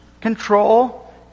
control